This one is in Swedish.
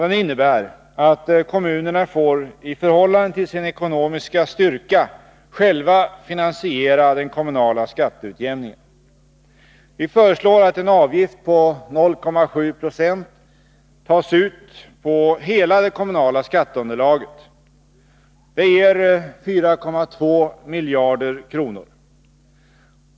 Den innebär att kommunerna själva får finansiera den kommunala skatteutjämningen i förhållande till sin ekonomiska styrka. Vi föreslår att en avgift på 0,7 70 tas ut på hela det kommunala skatteunderlaget. Det ger 4,2 miljarder kronor.